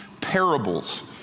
parables